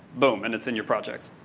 boom, and it's in your project.